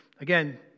again